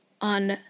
On